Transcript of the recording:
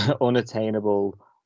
unattainable